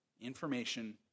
Information